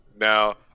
Now